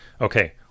okay